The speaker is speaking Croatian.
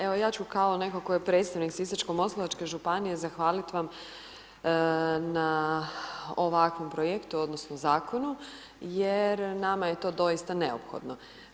Evo, ja ću kao netko tko je predstavnik Sisačko-moslavačke županije zahvalit vam na ovakvom projektu odnosno zakonu jer nama je to doista neophodno.